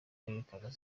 w’akarere